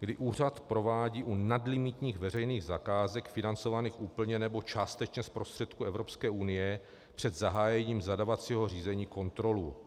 kdy úřad provádí u nadlimitních veřejných zakázek financovaných úplně nebo částečně z prostředků Evropské unie před zahájením zadávacího řízení kontrolu.